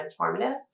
transformative